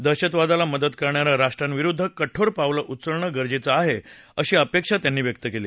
दहशतवादाला मदत करणाऱ्या राष्ट्रांविरुद्ध कठोर पावलं उचलणं गरजेचं आहे अशी अपेक्षा त्यांनी व्यक्त केली